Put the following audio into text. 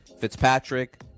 Fitzpatrick